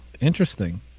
interesting